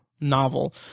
novel